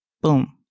boom